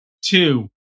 two